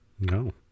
No